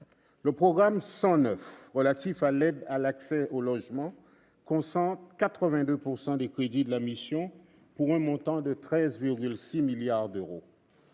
Le programme 109, « Aide à l'accès au logement » concentre 82 % des crédits de la mission pour un montant de 13,6 milliards d'euros.